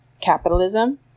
capitalism